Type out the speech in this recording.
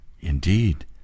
indeed